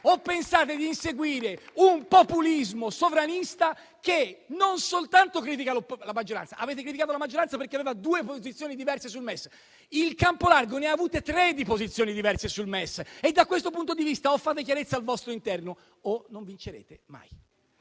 o pensate di inseguire un populismo sovranista, che critica la maggioranza soltanto perché aveva due posizioni diverse sul MES? Il campo largo ne ha avute tre di posizioni diverse sul MES e da questo punto di vista o fate chiarezza al vostro interno, o non vincerete mai.